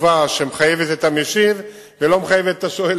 תשובה שמחייבת את המשיב ולא מחייבת את השואל,